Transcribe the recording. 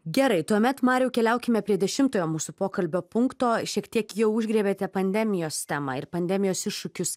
gerai tuomet mariau keliaukime prie dešimtojo mūsų pokalbio punkto šiek tiek jau užgriebėte pandemijos temą ir pandemijos iššūkius